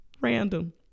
random